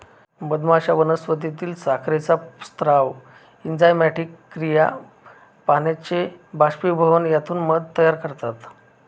मधमाश्या वनस्पतीतील साखरेचा स्राव, एन्झाइमॅटिक क्रिया, पाण्याचे बाष्पीभवन यातून मध तयार करतात